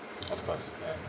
of course can